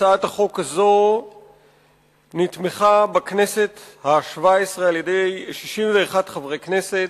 הצעת החוק הזאת נתמכה בכנסת השבע-עשרה על-ידי 61 חברי כנסת,